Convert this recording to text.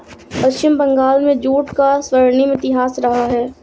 पश्चिम बंगाल में जूट का स्वर्णिम इतिहास रहा है